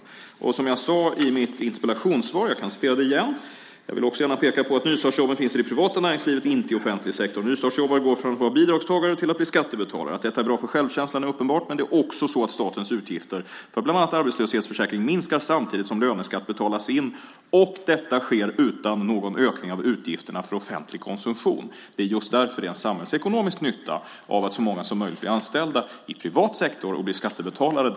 Jag kan citera vad jag sade i mitt interpellationssvar: "Jag vill också gärna peka på att nystartsjobben finns i det privata näringslivet, inte i offentlig sektor. Nystartsjobbare går från att vara bidragstagare till att bli skattebetalare. Att detta är bra för självkänslan är uppenbart. Men det är också så att statens utgifter för bland annat arbetslöshetsförsäkring minskar samtidigt som löneskatt betalas in - och detta sker utan någon ökning av utgifterna för offentlig konsumtion." Det är just därför det är en samhällsekonomisk nytta att så många som möjligt blir anställda i privat sektor och blir skattebetalare.